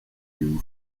new